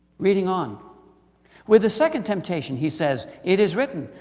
reading on with the second temptation he says, it is written